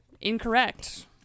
Incorrect